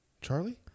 charlie